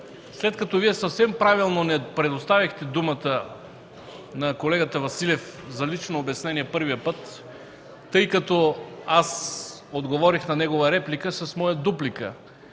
След като Вие съвсем правилно не предоставихте думата на колегата Василев за лично обяснение първия път, тъй като аз отговорих на негова реплика с моя дуплика.